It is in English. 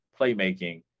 playmaking